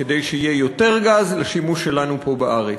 כדי שיהיה יותר גז לשימוש שלנו פה בארץ.